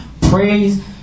praise